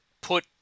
put